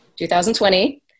2020